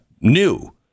new